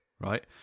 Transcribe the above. right